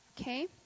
Okay